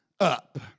up